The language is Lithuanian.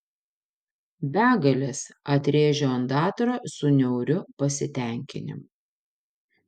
begalės atrėžė ondatra su niauriu pasitenkinimu